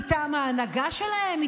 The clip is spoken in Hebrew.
מטעם ההנהגה שלהם,